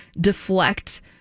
deflect